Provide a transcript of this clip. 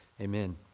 amen